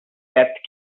depth